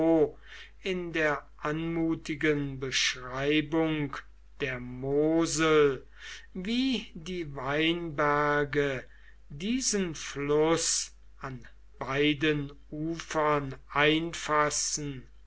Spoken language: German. in der anmutigen beschreibung der mosel wie die weinberge diesen fluß an beiden ufern einfassen